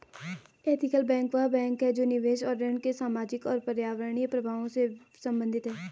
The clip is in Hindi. एथिकल बैंक वह बैंक है जो निवेश और ऋण के सामाजिक और पर्यावरणीय प्रभावों से संबंधित है